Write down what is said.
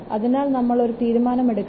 അതിനാൽ നമ്മൾ ഒരു തീരുമാനം എടുക്കണം